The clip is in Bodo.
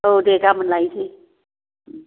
औ दे गाबोन लायनोसै